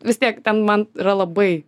vis tiek ten man yra labai